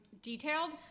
detailed